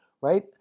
right